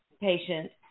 patient